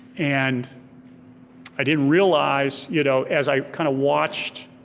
and i didn't realize you know as i kind of watched